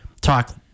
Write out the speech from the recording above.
talk